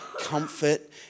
comfort